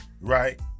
right